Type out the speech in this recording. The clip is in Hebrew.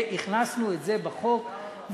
והכנסנו את זה בחוק,